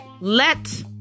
Let